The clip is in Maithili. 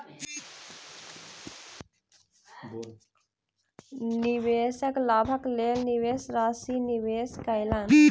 निवेशक लाभक लेल निवेश राशि निवेश कयलैन